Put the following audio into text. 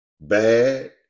bad